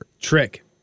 Trick